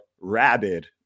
rabid